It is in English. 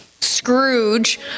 Scrooge